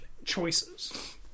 choices